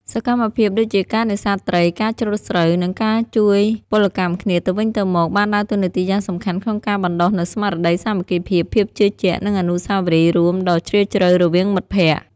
សកម្មភាពដូចជាការនេសាទត្រី ការច្រូតស្រូវ និងការជួយពលកម្មគ្នាទៅវិញទៅមកបានដើរតួនាទីយ៉ាងសំខាន់ក្នុងការបណ្តុះនូវស្មារតីសាមគ្គីភាព ភាពជឿជាក់ និងអនុស្សាវរីយ៍រួមដ៏ជ្រាលជ្រៅរវាងមិត្តភក្តិ។